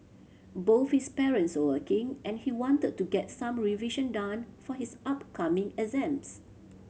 both his parents were working and he wanted to get some revision done for his upcoming exams